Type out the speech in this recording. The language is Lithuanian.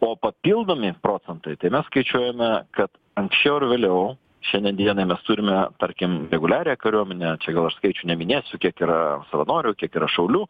o papildomi procentai tai mes skaičiuojame kad anksčiau ar vėliau šiandien dienai mes turime tarkim reguliariąją kariuomenę čia gal aš skaičių neminėsiu kiek yra savanorių kiek yra šaulių